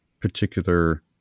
particular